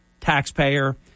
taxpayer